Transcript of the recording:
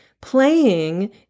playing